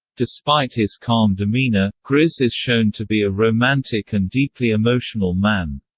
despite his calm demeanor, grizz is shown to be a romantic and deeply emotional man.